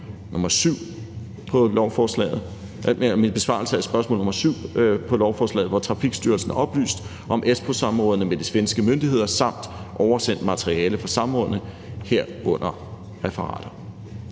nr. 7 til lovforslaget, hvor Trafikstyrelsen har oplyst om Espoosamrådene med de svenske myndigheder samt oversendt materiale fra samrådene, herunder referater.